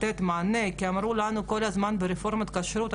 לקצוב את הכהונה שלהם ומה המודלים הראויים של קציבת כהונה,